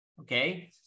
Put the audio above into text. Okay